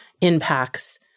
impacts